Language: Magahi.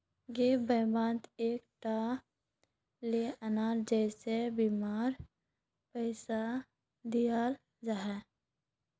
गैप बिमात एक टा लोअनेर जैसा बीमार पैसा दियाल जाहा